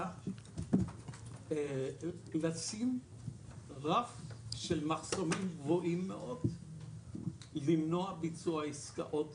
היא לשים רף של מחסומים גבוהים מאוד למנוע ביצוע עסקאות